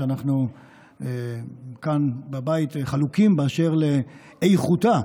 שאנחנו כאן בבית חלוקים באשר לאיכותה,